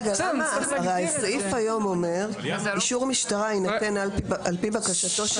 היום הסעיף אומר ש"אישור משטרה יינתן על פי בקשתו של